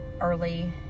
early